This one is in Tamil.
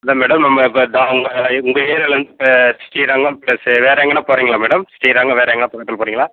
இல்லை மேடம் நம்ம இப்போ தான் உங்கள் ஏரியாவில் வந்து இப்போ ஸ்ரீரங்கம் ப்ளஸ்ஸு வேறு எங்கனால் போகிறீங்களா மேடம் ஸ்ரீரங்கம் வேறு எங்க பக்கத்தில் போகிறீங்களா